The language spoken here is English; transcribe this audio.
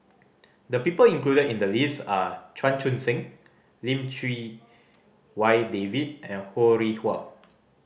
the people included in the list are Chan Chun Sing Lim Chee Wai David and Ho Rih Hwa